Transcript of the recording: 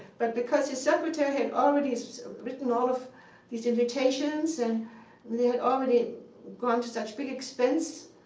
but because his secretary had already sort of written all of these invitations and they had already gone to such big expense,